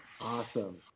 Awesome